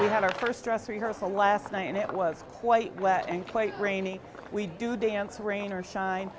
we had our first dress rehearsal last night and it was quite wet and quite rainy we do dance rain or shine